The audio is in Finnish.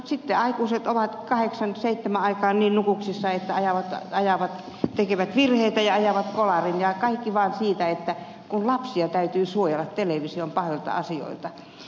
sitten aikuiset ovat aamulla kahdeksan seitsemän aikaan niin nukuksissa että tekevät virheitä ja ajavat kolarin ja kaikki vaan siitä syystä kun lapsia täytyy suojella television pahoilta asioilta